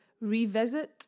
revisit